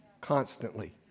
constantly